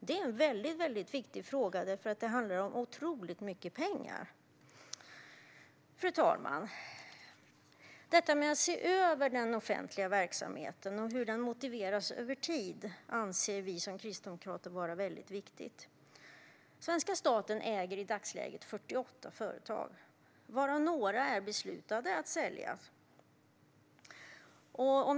Det är en väldigt viktig fråga, för det handlar om otroligt mycket pengar. Fru talman! Detta med att se över den offentliga verksamheten och hur den motiveras över tid anser vi kristdemokrater vara väldigt viktigt. Svenska staten äger i dagsläget 48 företag, varav man fattat beslut om att sälja några.